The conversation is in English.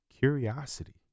curiosity